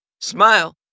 Smile